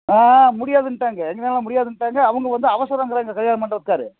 ஆ முடியதுண்டாங்க எங்களால் முடியதுண்டாங்க அவங்க வந்து அவசரங்குறாங்க கல்யாண மண்டபக்கார்